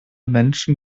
menschen